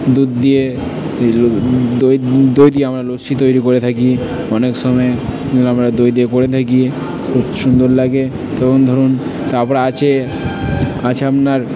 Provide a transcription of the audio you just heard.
দুধ দিয়ে দই দই দিয়ে আমরা লস্যি তৈরি করে থাকি অনেক সময় আমরা দই দিয়ে করে থাকি খুব সুন্দর লাগে এবং ধরুণ তারপরে আছে আছে আমনার